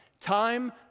Time